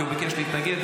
כי הוא ביקש להתנגד.